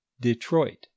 Detroit